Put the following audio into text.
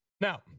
Now